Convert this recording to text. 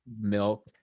milk